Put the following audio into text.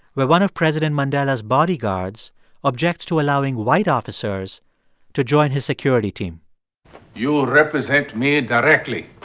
where one of president mandela's bodyguards objects to allowing white officers to join his security team you represent me directly.